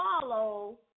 Follow